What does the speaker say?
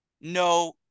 no